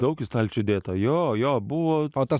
daug į stalčių dėta jo jo buvo po to